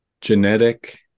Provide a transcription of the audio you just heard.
genetic